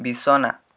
বিছনা